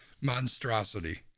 monstrosity